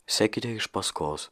sekite iš paskos